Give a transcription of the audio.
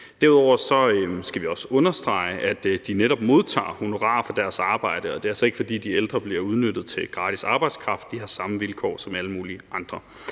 Derudover skal vi også understrege, at de netop modtager honorar for deres arbejde, så det er ikke, fordi de ældre bliver udnyttet til gratis arbejdskraft. De har samme vilkår som alle mulige andre.